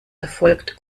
erfolgt